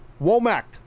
Womack